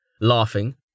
laughing